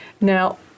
Now